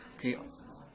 councils.